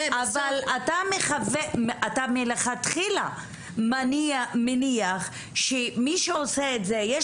אבל אתה מלכתחילה מניח שלמי שעושה זאת יש